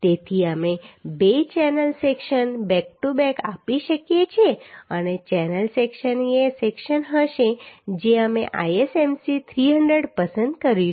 તેથી અમે બે channel section back to back આપી શકીએ છીએ અને ચેનલ સેક્શન એ સેક્શન હશે જે અમે ISMC 300 પસંદ કર્યું છે